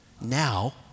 Now